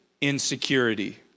Insecurity